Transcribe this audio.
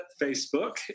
Facebook